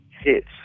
hits